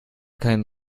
kein